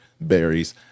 Berries